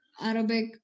Arabic